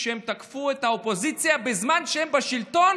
כשהם תקפו את האופוזיציה בזמן שהם בשלטון